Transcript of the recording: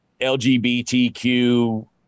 LGBTQ